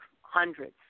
hundreds